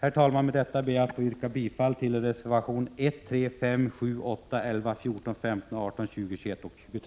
Herr talman! Med detta ber jag att få yrka bifall till reservationerna 1,3, 5, 7, 8, 11, 14, 15, 18, 20, 21 och 23.